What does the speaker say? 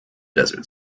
desert